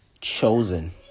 chosen